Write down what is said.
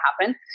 happen